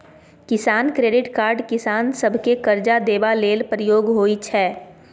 किसान credit card किसान सभकेँ करजा देबा लेल प्रयोग होइ छै